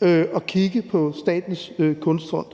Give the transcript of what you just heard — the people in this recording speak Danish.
at kigge på Statens Kunstfond.